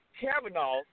Kavanaugh